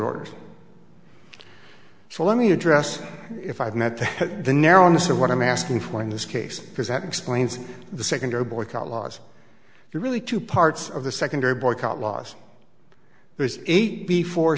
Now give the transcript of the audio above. orders so let me address if i've met the narrowness of what i'm asking for in this case because that explains the secondary boycott laws if you're really two parts of the secondary boycott laws there's eight before